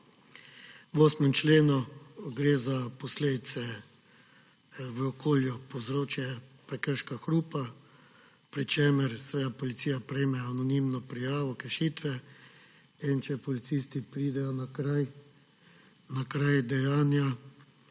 V 8. členu gre za posledice v okolju povzročenega prekrška hrupa, pri čemer policija prejme anonimno prijavo kršitve. In če policisti pridejo na kraj dejanja